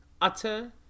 Utter